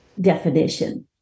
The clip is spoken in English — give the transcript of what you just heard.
definition